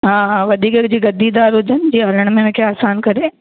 हा हा वधीक जीअं गद्देदार हुजनि जीअं हलण में मूंखे आसान करे